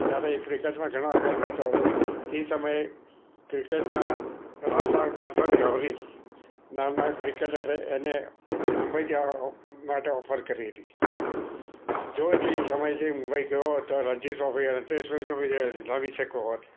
ત્યારે એ ક્રિક્રેટમાં ઘણો આગળ વધતો તો એ સમયે ક્રિકેટમાં રમતા કરશન ઘાવરી નામના ક્રિકેટરે એને મુંબઈ જવા માટે ઓફર કરી હતી જો તે સમય એ મુંબઈ ગયો હોત રણજી ટ્રોફી રમી શક્યો હોત